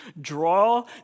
Draw